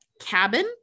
cabin